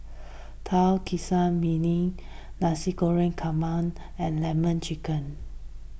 Tauge Ikan Masin Nasi Goreng Kampung and Lemon Chicken